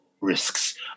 risks